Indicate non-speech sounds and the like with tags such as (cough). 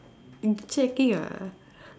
(noise) checking ah